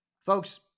Folks